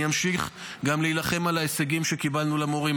אני אמשיך גם להילחם על ההישגים שהשגנו למורים.